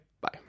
Bye